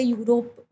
Europe